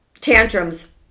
tantrums